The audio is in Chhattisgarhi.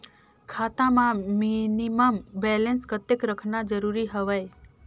खाता मां मिनिमम बैलेंस कतेक रखना जरूरी हवय?